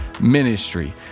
Ministry